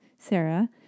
Sarah